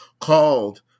called